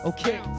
Okay